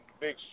big